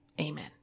Amen